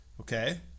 okay